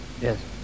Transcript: Yes